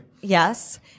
yes